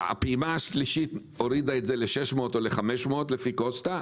הפעימה השלישית הורידה את זה ל-600 או 500 לפי קוסטה,